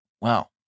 wow